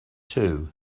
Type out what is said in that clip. too